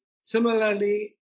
Similarly